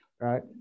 right